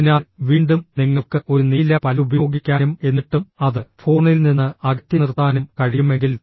അതിനാൽ വീണ്ടും നിങ്ങൾക്ക് ഒരു നീല പല്ല് ഉപയോഗിക്കാനും എന്നിട്ടും അത് ഫോണിൽ നിന്ന് അകറ്റി നിർത്താനും കഴിയുമെങ്കിൽ